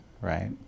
right